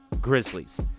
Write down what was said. Grizzlies